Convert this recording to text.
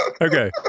Okay